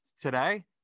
Today